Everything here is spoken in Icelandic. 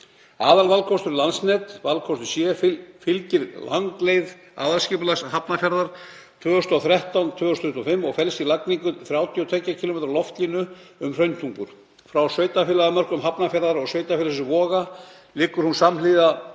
Aðalvalkostur Landsnets (valkostur C) fylgir lagnaleið aðalskipulags Hafnarfjarðar 2013–2025 og felst í lagningu 32 km loftlínu um Hrauntungur. Frá sveitarfélagamörkum Hafnarfjarðar og Sveitarfélagsins Voga liggur hún samhliða